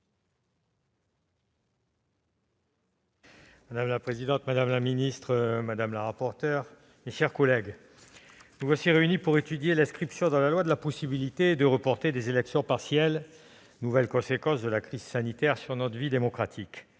Madame la présidente, madame la ministre, mes chers collègues, nous voici réunis pour étudier l'inscription dans la loi de la possibilité de reporter des élections partielles, nouvelle conséquence de la crise sanitaire sur notre vie démocratique.